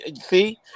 See